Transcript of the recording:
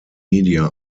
media